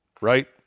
right